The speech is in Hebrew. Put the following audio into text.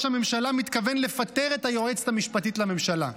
הממשלה מתכוון לפטר את היועצת המשפטית לממשלה.